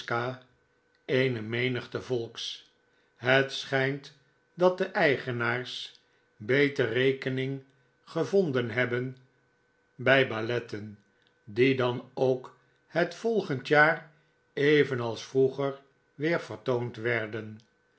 eene menigte volks het schijnt dat de eigenaars beter rekening gevonden hebben bij de balletten die dan ook het volgend jaar evenals vroeger weer vertoond werden